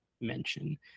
mention